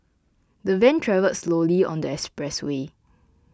the van travelled slowly on the expressway